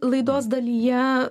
laidos dalyje